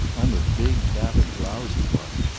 i'm a big battered blowsy one.